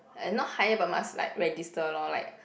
and not hire by MAS like register lor like